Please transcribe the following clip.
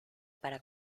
para